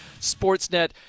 Sportsnet